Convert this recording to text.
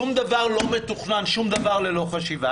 שום דבר לא מתוכנן, שום דבר לא נעשה עם חשיבה.